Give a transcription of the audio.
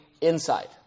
inside